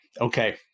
okay